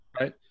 right